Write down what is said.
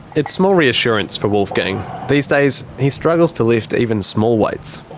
it's small reassurance for wolfgang. these days, he struggles to lift even small weights.